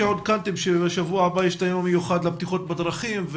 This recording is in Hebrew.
שעודכנתם שבשבוע הבא יתקיים בכנסת היום המיוחד לבטיחות בדרכים.